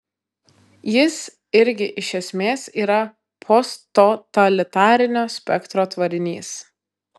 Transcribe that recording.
jis irgi iš esmės yra posttotalitarinio spektro tvarinys